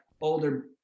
older